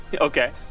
Okay